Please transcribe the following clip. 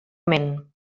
moment